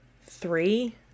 three